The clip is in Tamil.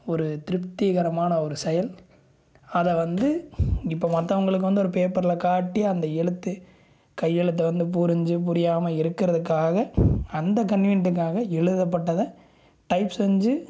ஒரு திருப்திகரமான ஒரு செயல் அதை வந்து இப்போ மற்றவங்களுக்கு வந்து ஒரு பேப்பரில் காட்டி அந்த எழுத்து கையெழுத்தை வந்து புரிஞ்சு புரியாமல் இருக்கிறதுக்காக அந்த கன்வீனியன்ட்டுக்காக எழுதப்பட்டதை டைப் செஞ்சு